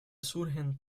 surgen